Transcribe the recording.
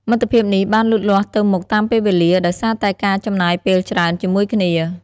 មិត្តភាពនេះបានលូតលាស់ទៅមុខតាមពេលវេលា ដោយសារតែការចំណាយពេលច្រើនជាមួយគ្នា។